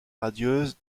radieuse